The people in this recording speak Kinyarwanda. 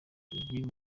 igiye